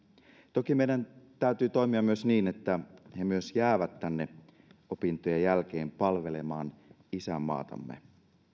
toki meidän täytyy toimia myös niin että he myös jäävät tänne opintojen jälkeen palvelemaan isänmaatamme